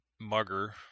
mugger